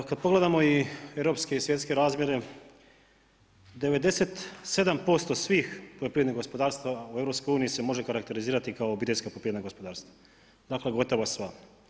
Kada pogledamo i europske i svjetske razmjere, 97% svih poljoprivrednih gospodarstava u EU se može karakterizirati kao obiteljska poljoprivredna gospodarstva, dakle gotovo sva.